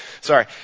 sorry